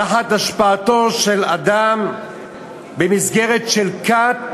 תחת השפעתו של אדם במסגרת של כת